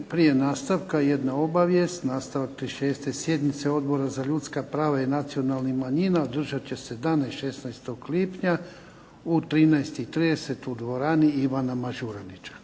Prije nastavka, jedna obavijest, nastavak 36. sjednice Odbora za ljudska prava i nacionalne manjine održat će se danas 16. lipnja u 13,30 dvorani Ivana Mažuranića.